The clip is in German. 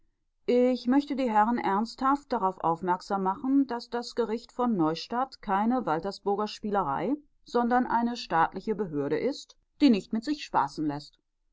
ich möchte die herren ernsthaft darauf aufmerksam machen daß das gericht von neustadt keine waltersburger spielerei sondern eine staatliche behörde ist die nicht mit sich spaßen läßt